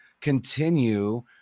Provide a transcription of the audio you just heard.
continue